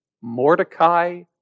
Mordecai